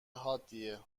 حادیه